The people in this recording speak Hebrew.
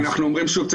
אנחנו אומרים שוב,